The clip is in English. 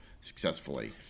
successfully